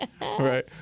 Right